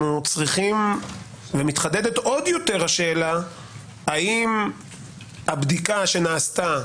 ומתחדדת עוד יותר השאלה האם הבדיקה שנעשתה